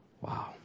Wow